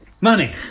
money